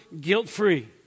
guilt-free